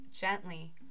gently